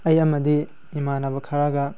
ꯑꯩ ꯑꯃꯗꯤ ꯏꯃꯥꯟꯅꯕ ꯈꯔꯒ